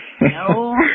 No